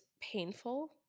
painful